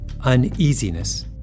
uneasiness